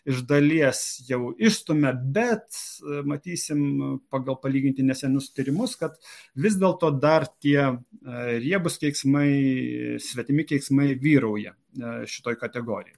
iš dalies jau išstumia bet matysim pagal palyginti nesenus tyrimus kad vis dėlto dar tie riebūs keiksmai svetimi keiksmai vyrauja ne šitoj kategorijoj